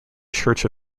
church